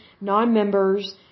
non-members